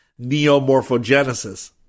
neomorphogenesis